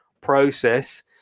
process